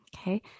okay